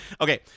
Okay